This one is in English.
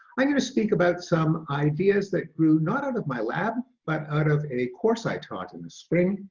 i'm going to speak about some ideas that grew not out of my lab, but out of a course i taught in the spring